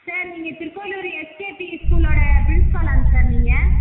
sir நீங்கள் Tirukkoyilur SKP ஸ்கூலோட பிரின்ஸ்பாலாங்க சார் நீங்கள்